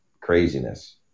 craziness